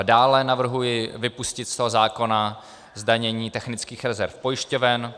Dále navrhuji vypustit z toho zákona zdanění technických rezerv pojišťoven.